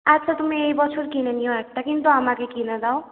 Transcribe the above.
আচ্ছা তুমি এই বছর কিনে নিও একটা কিন্তু আমাকে কিনে দাও